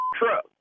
truck